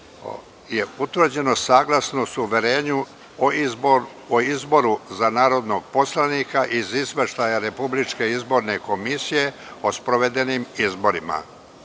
za utvrđivanje saglasnosti uverenja o izboru za narodnog poslanika sa Izveštajem Republičke izborne komisije o sprovedenim izborima. Sa